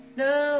no